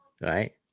right